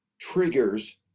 triggers